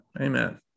Amen